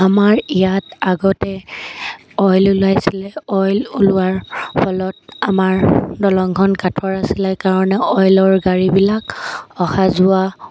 আমাৰ ইয়াত আগতে অইল ওলাইছিলে অইল ওলোৱাৰ ফলত আমাৰ দলংখন কাঠৰ আছিলে কাৰণে অইলৰ গাড়ীবিলাক অহা যোৱা